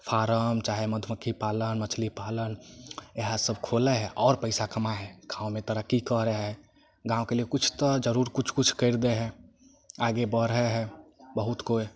form चाहे मधुमक्खी पालन मछली पालन इएह सब खोलै हइ आओर पैसा कमा हइ गाँव मे तरक्की करए हय गाँव के लिए कुछ तऽ जरूर कुछ कुछ कैर दे हय आगे बढ़ए हय बहुत कोय